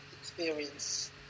experience